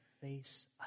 face